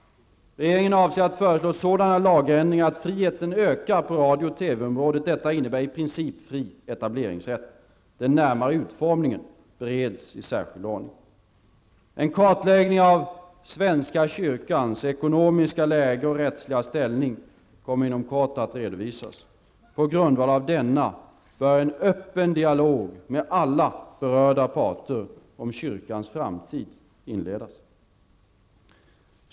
Regeringen avser att föreslå sådana lagändringar att friheten ökar på radio och TV området. Detta innebär i princip fri etableringsrätt. Den närmare utformningen bereds i särskild ordning. En kartläggning av Svenska kyrkans ekonomiska läge och rättsliga ställning kommer inom kort att redovisas. På grundval av denna bör en öppen dialog med alla berörda parter om kyrkans framtid inledas.